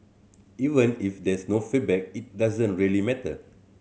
even if there's no feedback it doesn't really matter